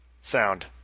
sound